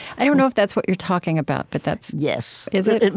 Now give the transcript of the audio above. i don't know if that's what you're talking about, but that's, yes is it?